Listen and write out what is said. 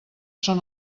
són